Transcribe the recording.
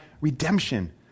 redemption